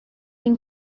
این